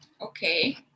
Okay